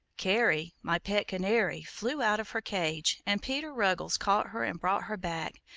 cary, my pet canary, flew out of her cage, and peter ruggles caught her and brought her back,